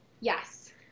Yes